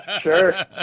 sure